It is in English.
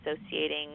associating